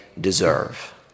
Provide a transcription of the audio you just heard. deserve